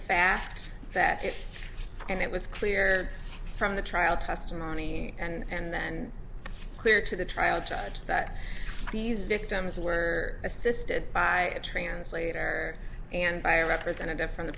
fact that it and it was clear from the trial testimony and then clear to the trial judge that these victims were assisted by a translator and by a representative from the